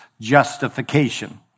justification